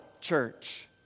church